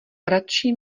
radši